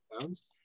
pounds